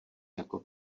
jako